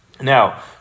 Now